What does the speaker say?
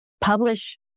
publish